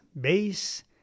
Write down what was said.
bass